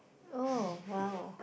oh !wow!